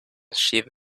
achieve